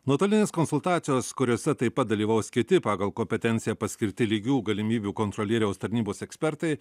nuotolinės konsultacijos kuriose taip pat dalyvaus kiti pagal kompetenciją paskirti lygių galimybių kontrolieriaus tarnybos ekspertai